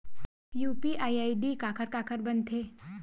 UPI ID काखर काखर बनथे?